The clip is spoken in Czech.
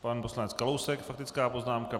Pan poslanec Kalousek, faktická poznámka.